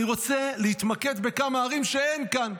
אני רוצה להתמקד בכמה ערים שאין כאן.